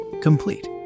complete